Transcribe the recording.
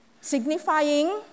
signifying